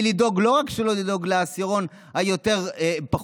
ולא רק שלא לדאוג לעשירון הנמוך,